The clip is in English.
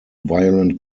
violent